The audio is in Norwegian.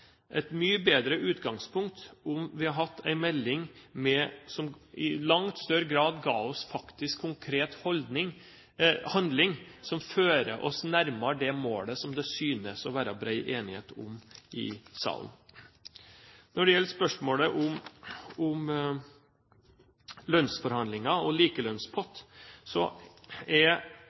et mye bedre utgangspunkt om vi hadde hatt en melding som i langt større grad faktisk ga oss konkret handling, som fører oss nærmere det målet som det synes å være bred enighet om i salen. Når det gjelder spørsmålet om lønnsforhandlinger og likelønnspott, er